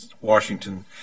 Washington